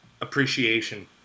Appreciation